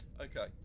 Okay